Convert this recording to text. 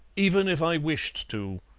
even if i wished to.